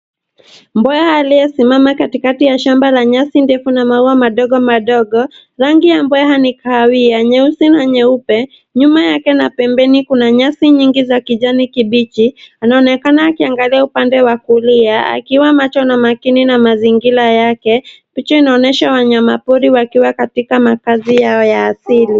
Mbweha aliyesimama katikati la nyasi ndefu na maua madogo madogo. Rangi ya mbweha ni kahawia, nyeusi na nyeupe. Nyuma yake na pembeni kuna nyasi nyingi za kijani kibichi. Anaonekana akiangalia upande wa kulia akiwa macho na makini na mazingira yake. Picha inaonyesha wanyama pori wakiwa katika makazi yao ya asili.